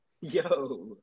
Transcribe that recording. yo